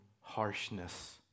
harshness